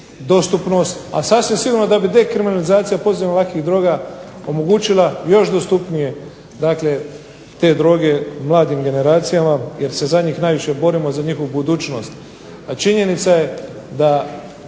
a sasvim sigurno da bi dekriminalizacija posebno lakih droga omogućila još dostupnije dakle te droge mladim generacijama jer se za njih najviše borimo, za njihovu budućnost.